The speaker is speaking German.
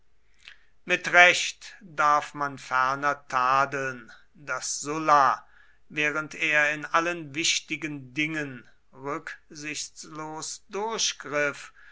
mit recht darf man ferner tadeln daß sulla während er in allen wichtigen dingen rücksichtslos durchgriff